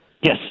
Yes